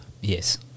Yes